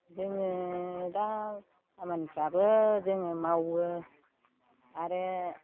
जोङो दा खामानिफ्राबो जोङो मावो आरो